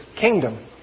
kingdom